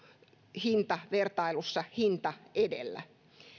hinta vertailussa enemmän hinta edellä